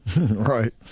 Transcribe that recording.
Right